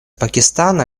пакистана